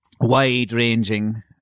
wide-ranging